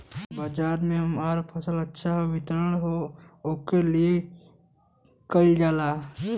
बाजार में हमार फसल अच्छा वितरण हो ओकर लिए का कइलजाला?